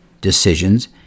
decisions